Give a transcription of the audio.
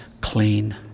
clean